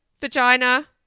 vagina